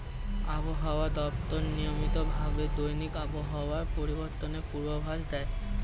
আবহাওয়া দপ্তর নিয়মিত ভাবে দৈনিক আবহাওয়া পরিবর্তনের পূর্বাভাস দেয়